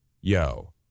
yo